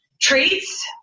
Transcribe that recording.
treats